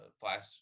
Flash